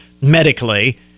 medically